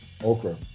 okra